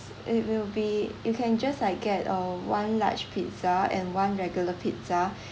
it will be you can just like get uh one large pizza and one regular pizza